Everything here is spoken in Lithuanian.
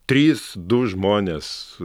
trys du žmonės